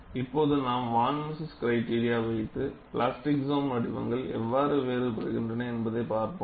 இப்போது நாம் von Mises criteria வைத்து பிளாஸ்டிக் சோன் வடிவங்கள் எவ்வாறு வேறுபடுகின்றன என்பதைப் பார்ப்போம்